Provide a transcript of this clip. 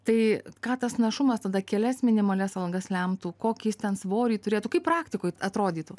tai ką tas našumas tada kelias minimalias algas lemtų kokį jis ten svorį turėtų kaip praktikoj atrodytų